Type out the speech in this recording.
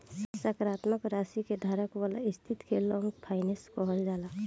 सकारात्मक राशि के धारक वाला स्थिति के लॉन्ग फाइनेंस कहल जाला